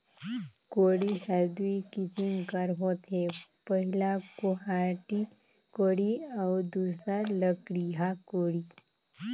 कोड़ी हर दुई किसिम कर होथे पहिला लोहाटी कोड़ी अउ दूसर लकड़िहा कोड़ी